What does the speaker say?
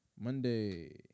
Monday